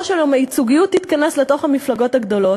של יום הייצוגיות תתכנס לתוך המפלגות הגדולות,